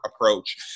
approach